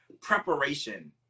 preparation